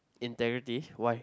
integrity why